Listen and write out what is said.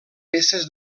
peces